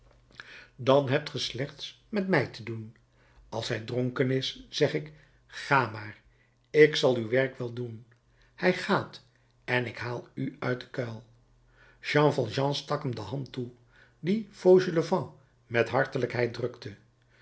dan hebt ge slechts met mij te doen als hij dronken is zeg ik ga maar ik zal uw werk wel doen hij gaat en ik haal u uit den kuil jean valjean stak hem de hand toe die fauchelevent met hartelijkheid drukte